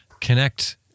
connect